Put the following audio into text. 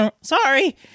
Sorry